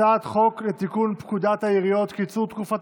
הצעת חוק לתיקון פקודת העיריות (קיצור תקופת